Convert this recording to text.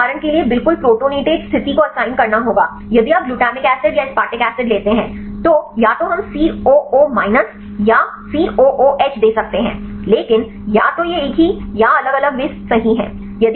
तो आपको उदाहरण के लिए बिल्कुल प्रॉटोनेटेड स्थिति को असाइन करना होगा यदि आप ग्लूटामिक एसिड या एस्पार्टिक एसिड लेते हैं तो या तो हम सीओओ माइनस या सीओओएच दे सकते हैं लेकिन या तो एक ही या अलग अलग वे सही हैं